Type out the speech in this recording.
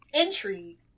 intrigue